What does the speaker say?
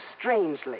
strangely